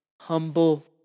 humble